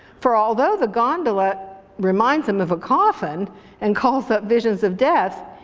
for although the gondola reminds him of a coffin and calls up visions of death,